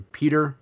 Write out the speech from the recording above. peter